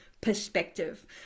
perspective